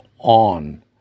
On